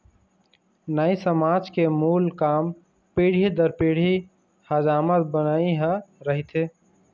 नाई समाज के मूल काम पीढ़ी दर पीढ़ी हजामत बनई ह रहिथे